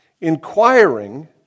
inquiring